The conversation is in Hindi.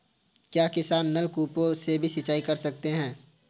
क्या किसान नल कूपों से भी सिंचाई कर सकते हैं?